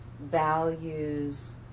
values